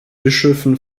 bischöfen